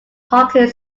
parking